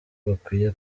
bakwiye